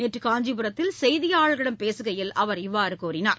நேற்றுகாஞ்சிபுரத்தில் செய்தியாளர்களிடம் பேசுகையில் அவர் இவ்வாறுகூறினார்